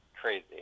crazy